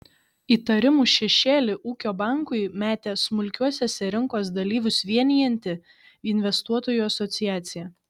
įtarimų šešėlį ūkio bankui metė smulkiuosiuose rinkos dalyvius vienijanti investuotojų asociacija